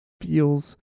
feels